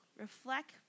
reflect